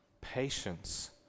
patience